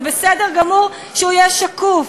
זה בסדר גמור שהוא יהיה שקוף,